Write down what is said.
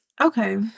Okay